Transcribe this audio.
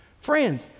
Friends